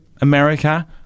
America